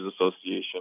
Association